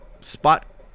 spot